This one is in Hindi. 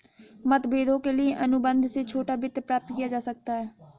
मतभेदों के लिए अनुबंध से छोटा वित्त प्राप्त किया जा सकता है